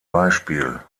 beispiel